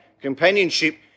companionship